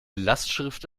lastschrift